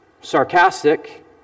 sarcastic